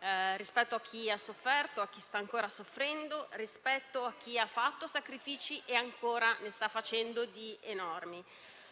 di chi ha sofferto, di chi sta ancora soffrendo, di chi ha fatto sacrifici e ancora ne sta facendo di enormi,